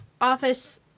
Office